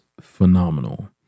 phenomenal